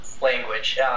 language